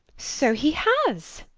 so he has.